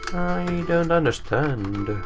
don't understand.